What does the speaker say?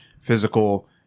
physical